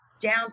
down